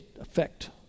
effect